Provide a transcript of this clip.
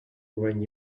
when